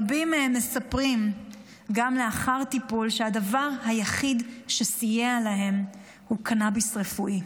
רבים מהם מספרים גם לאחר טיפול שהדבר היחיד שסייע להם הוא קנביס רפואי.